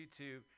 youtube